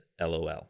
LOL